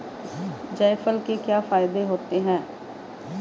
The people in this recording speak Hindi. जायफल के क्या फायदे होते हैं?